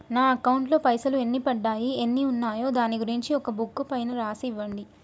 నా అకౌంట్ లో పైసలు ఎన్ని పడ్డాయి ఎన్ని ఉన్నాయో దాని గురించి ఒక బుక్కు పైన రాసి ఇవ్వండి?